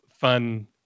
fun